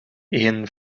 één